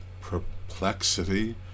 perplexity